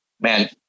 man